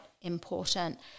important